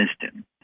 system